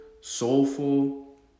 soulful